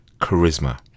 charisma